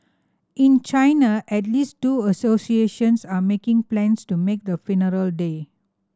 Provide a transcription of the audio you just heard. in China at least two associations are making plans to make the funeral day